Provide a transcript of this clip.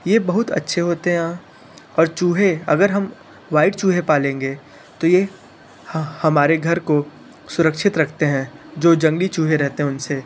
यह बहुत अच्छे होते यहाँ और चूहे अगर हम वाइट चूहे पालेंगे तो ये हा हमारे घर को सुरक्षित रखते हैं जो जंगली चूहे रहते हैं उन से